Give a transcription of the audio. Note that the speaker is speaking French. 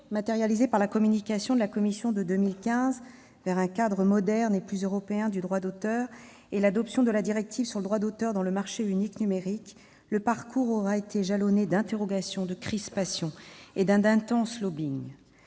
matérialisé par la communication de la Commission de 2015, intitulée, et l'adoption de la directive sur le droit d'auteur dans le marché unique numérique, le parcours aura été jalonné d'interrogations, de crispations et d'un intense lobbying.